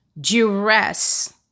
duress